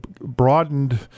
broadened